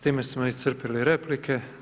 S time smo iscrpili replike.